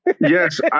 Yes